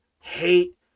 hate